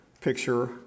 picture